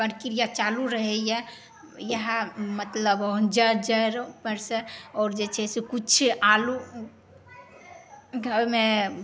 प्रक्रिया चालू रहैए यहए मतलब जड़ उपर से आओर जे छै से किछु आलू ओइमे